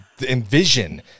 envision